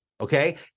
okay